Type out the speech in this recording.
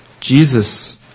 Jesus